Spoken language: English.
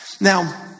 Now